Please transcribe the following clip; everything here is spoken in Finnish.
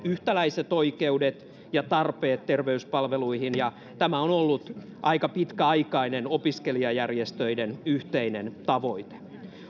yhtäläiset oikeudet ja tarpeet terveyspalveluihin tämä on ollut aika pitkäaikainen opiskelijajärjestöiden yhteinen tavoite